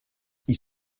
ils